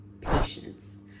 patience